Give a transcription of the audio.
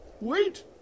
wait